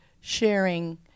sharing